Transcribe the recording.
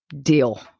deal